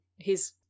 He's-